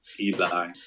Eli